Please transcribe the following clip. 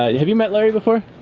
have you met larry before?